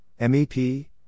MEP